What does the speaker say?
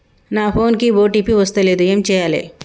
నా ఫోన్ కి ఓ.టీ.పి వస్తలేదు ఏం చేయాలే?